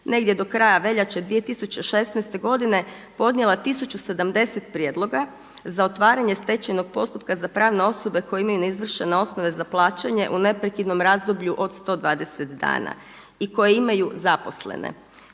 negdje do kraja veljače 2016. godine podnijela 1070 prijedloga za otvaranje stečajnog postupka za pravne osobe koje imaju neizvršene osnove za plaćanje u neprekidnom razdoblju od 120 dana i koje imaju zaposlene,